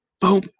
boom